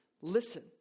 Listen